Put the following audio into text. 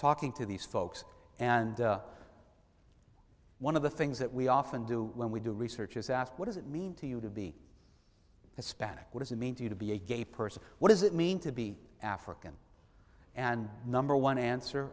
talking to these folks and one of the things that we often do when we do research is ask what does it mean to you to be hispanic what does it mean to you to be a gay person what does it mean to be african and number one answer